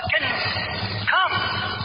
come